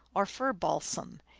or fir balsam,